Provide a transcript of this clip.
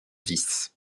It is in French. vice